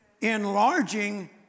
Enlarging